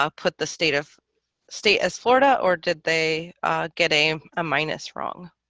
ah put the state of state as florida or did they get a ah minus wrong?